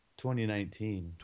2019